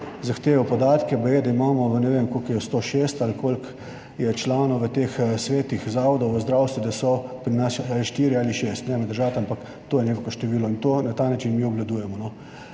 zahteval podatke, baje, da imamo, ne vem, koliko je, 106 ali koliko, je članov v teh svetih zavodov v zdravstvu, da so pri nas ali štirje ali šest, ne me držati, ampak to je neko število in to, na ta način mi obvladujemo.